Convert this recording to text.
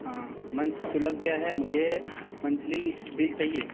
ہاں منتھ تو لگ گیا ہے مجھے منتھلی بل چاہیے